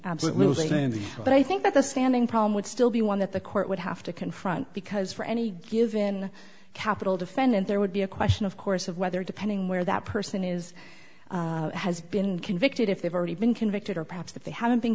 absolutely but i think that the standing problem would still be one that the court would have to confront because for any given capital defendant there would be a question of course of whether depending where that person is has been convicted if they've already been convicted or perhaps that they